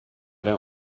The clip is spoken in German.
der